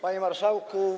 Panie Marszałku!